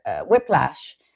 whiplash